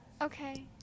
Okay